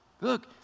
Look